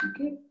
okay